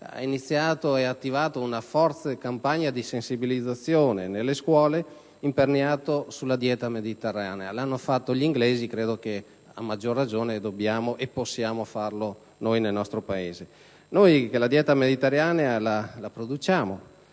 Blair, che promosse una forte campagna di sensibilizzazione nelle scuole imperniata sulla dieta mediterranea. L'hanno fatto gli inglesi: a maggior ragione dobbiamo e possiamo farlo noi nel nostro Paese, noi che la dieta mediterranea la promuoviamo,